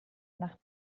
nach